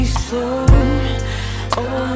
slow